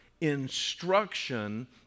instruction